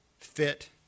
fit